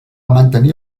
mantenir